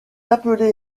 appelé